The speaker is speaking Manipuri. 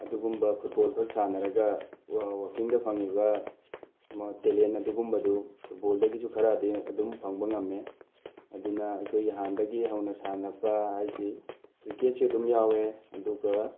ꯑꯗꯨꯒꯨꯝꯕ ꯐꯨꯠꯕꯣꯜꯈꯛ ꯁꯥꯟꯅꯔꯒ ꯋꯥꯛꯀꯤꯡꯗ ꯐꯪꯉꯤꯕ ꯇꯦꯂꯦꯟ ꯑꯗꯨꯒꯨꯝꯕꯗꯨ ꯐꯨꯠꯕꯣꯜꯗꯒꯤꯁꯨ ꯈꯔꯗꯤ ꯑꯗꯨꯝ ꯐꯪꯕ ꯉꯝꯃꯤ ꯑꯗꯨꯅ ꯑꯩꯈꯣꯏ ꯍꯥꯟꯅꯗꯒꯤ ꯍꯧꯅ ꯁꯥꯟꯅꯔꯛꯄ ꯍꯥꯏꯁꯤ ꯀ꯭ꯔꯤꯛꯀꯦꯠꯁꯨ ꯑꯗꯨꯝ ꯌꯥꯎꯋꯦ ꯑꯗꯨꯒ